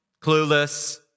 Clueless